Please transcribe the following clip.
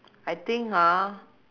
I think !huh!